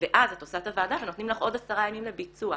ואז את עושה את הוועדה ונותנים לך עוד עשרה ימים לביצוע.